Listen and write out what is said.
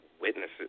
witnesses